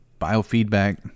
biofeedback